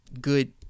good